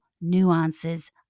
nuances